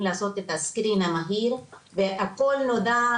לעשות את הסקרין המהיר והכול נודע,